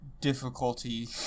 difficulty